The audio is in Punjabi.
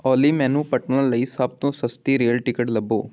ਓਲੀ ਮੈਨੂੰ ਪਟਨਾ ਲਈ ਸਭ ਤੋਂ ਸਸਤੀ ਰੇਲ ਟਿਕਟ ਲੱਭੋ